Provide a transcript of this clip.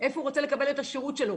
איפה הוא רוצה לקבל את השירות שלו,